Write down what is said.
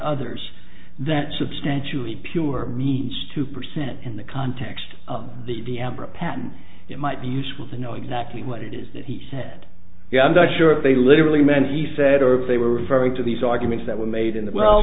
others that substantially pure means two percent in the context of the amber a pattern it might be useful to know exactly what it is that he said yeah i'm not sure if they literally meant he said or they were referring to these arguments that were made in